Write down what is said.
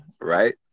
right